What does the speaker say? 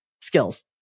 skills